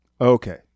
Okay